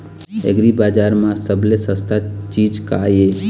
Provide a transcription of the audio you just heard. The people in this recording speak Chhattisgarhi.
एग्रीबजार म सबले सस्ता चीज का ये?